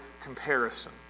comparison